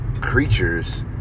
creatures